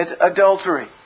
adultery